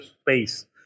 space